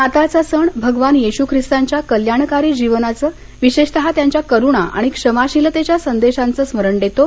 नाताळचा सण भगवान येशू ख्रिस्तांच्या कल्याणकारी जीवनाचं विशेषतः त्यांच्या करुणा आणि क्षमाशीलतेच्या संदेशाचं स्मरण देतो